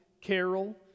Carol